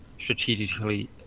strategically